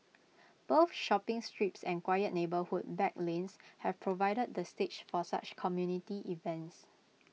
both shopping strips and quiet neighbourhood back lanes have provided the stage for such community events